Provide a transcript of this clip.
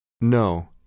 No